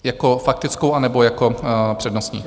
Jako faktickou, anebo jako přednostní?